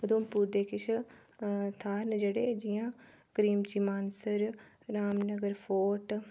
उधमपुर दे किश थाह्र न जेह्ड़े जि'यां करिमची मानसर रामनगर फोर्ट